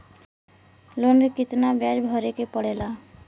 Loan के कितना ब्याज भरे के पड़े ला?